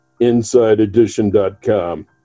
InsideEdition.com